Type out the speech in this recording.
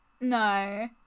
No